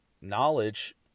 knowledge